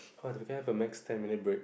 uh can I have a max ten minute break